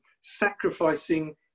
sacrificing